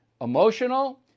emotional